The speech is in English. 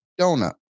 donut